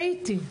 ראיתי.